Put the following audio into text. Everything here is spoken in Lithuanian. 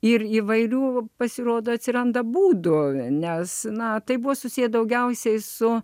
ir įvairių pasirodo atsiranda būdų nes na tai buvo susiję daugiausiai su